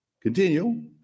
continue